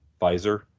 Pfizer